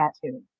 tattoo